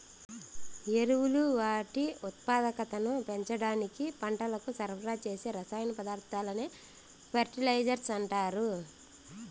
ఎరువులు వాటి ఉత్పాదకతను పెంచడానికి పంటలకు సరఫరా చేసే రసాయన పదార్థాలనే ఫెర్టిలైజర్స్ అంటారు